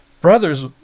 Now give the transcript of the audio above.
brothers